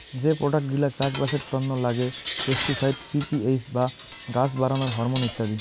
যে প্রোডাক্ট গিলা চাষবাসের তন্ন লাগে পেস্টিসাইড, পি.পি.এইচ বা গাছ বাড়ানোর হরমন ইত্যাদি